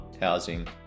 housing